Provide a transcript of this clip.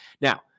Now